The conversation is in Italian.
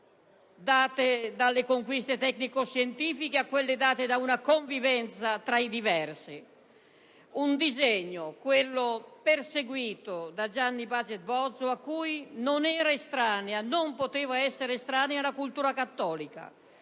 date dalle conquiste tecnico‑scientifiche a quelle date da una convivenza tra i diversi. Un disegno, quello perseguito da Gianni Baget Bozzo, a cui non era estranea, e non poteva esserlo, la cultura cattolica,